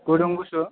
गुदुं गुसु